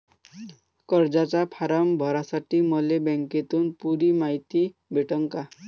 कर्जाचा फारम भरासाठी मले बँकेतून पुरी मायती भेटन का?